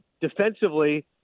defensively